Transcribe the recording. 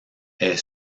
est